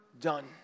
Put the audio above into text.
done